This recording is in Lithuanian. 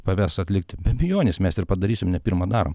paves atlikti be abejonės mes ir padarysim ne pirmą darom